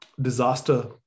disaster